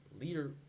Leader